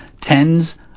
tens